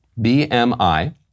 BMI